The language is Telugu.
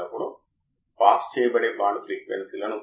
అప్పుడు వోల్టేజ్ డిఫరెన్స్ ఏమిటి